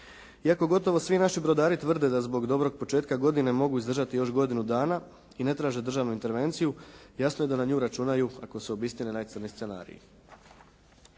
Iako gotovo svi naši brodari tvrde da zbog dobrog početka godine mogu izdržati još godinu dana i ne traže državnu intervenciju jasno je da na nju računaju ako se obistine najcrniji scenari.